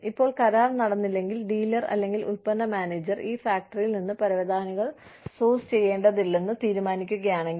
ഇപ്പോൾ കരാർ നടന്നില്ലെങ്കിൽ ഡീലർ അല്ലെങ്കിൽ ഉൽപ്പന്ന മാനേജർ ഈ ഫാക്ടറിയിൽ നിന്ന് പരവതാനികൾ സോഴ്സ് ചെയ്യേണ്ടതില്ലെന്ന് തീരുമാനിക്കുകയാണെങ്കിൽ